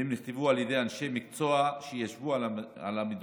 והן נכתבו על ידי אנשי מקצוע שישבו על המדוכה